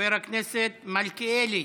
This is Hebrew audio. חבר הכנסת מלכיאלי,